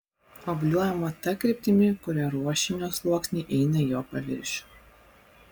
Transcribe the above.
obliuojama ta kryptimi kuria ruošinio sluoksniai eina į jo paviršių